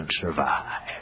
survive